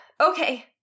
okay